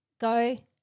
go